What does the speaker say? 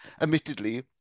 Admittedly